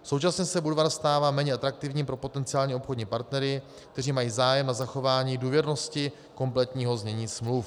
Současně se Budvar stává méně atraktivní pro potenciální obchodní partnery, kteří mají zájem na zachování důvěrnosti kompletního znění smluv.